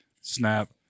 Snap